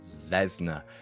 Lesnar